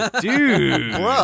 Dude